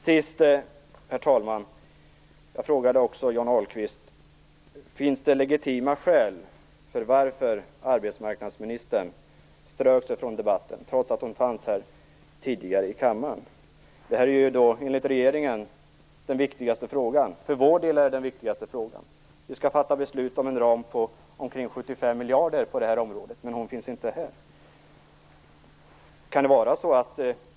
Slutligen, herr talman, frågade jag Johnny Ahlqvist om det finns legitima skäl till att arbetsmarknadsministern har strukit sig från talarlistan, trots att hon tidigare befann sig här i kammaren. Detta är ju enligt regeringen den viktigaste frågan. För vår del är det den viktigaste frågan. Vi skall fatta beslut om en ram på omkring 75 miljarder på detta område, men arbetsmarknadsministern finns inte här.